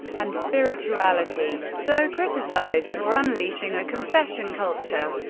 and spirituality. though criticized for unleashing a confession culture,